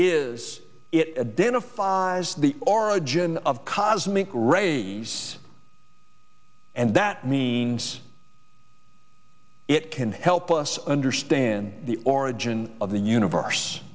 files the origin of cosmic rays and that means it can help us understand the origin of the universe